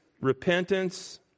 repentance